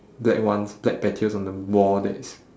black ones black patches on the ball that is